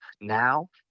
now